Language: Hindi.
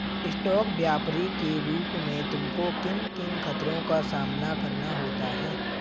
स्टॉक व्यापरी के रूप में तुमको किन किन खतरों का सामना करना होता है?